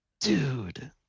Dude